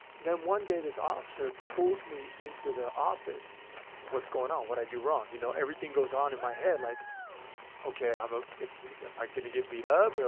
then one day, this officer pulls me into the office what's going on? what i do wrong? you know, everything goes on in my head. like okay, um ah am i going to get beat up?